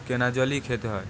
কেনা জলই খেতে হয়